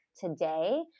today